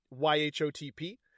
YHOTP